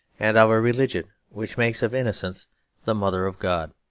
and of a religion which makes of innocence the mother of god.